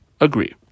agree